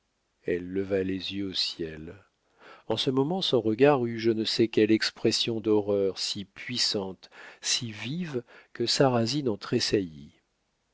elle leva les yeux au ciel en ce moment son regard eut je ne sais quelle expression d'horreur si puissante si vive que sarrasine en